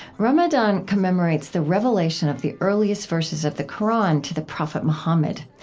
ramadan commemorates the revelation of the earliest verses of the qur'an to the prophet mohammed.